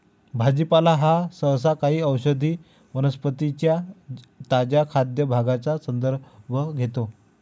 भाजीपाला हा सहसा काही औषधी वनस्पतीं च्या ताज्या खाद्य भागांचा संदर्भ घेतो